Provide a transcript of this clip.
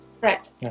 right